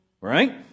Right